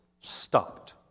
stopped